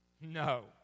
No